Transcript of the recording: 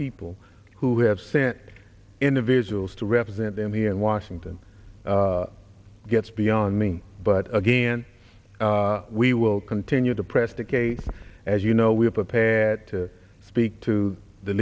people who have sent individuals to represent them here in washington gets beyond me but again we will continue to press the case as you know we have a panel to speak to the